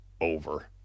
over